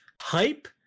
hype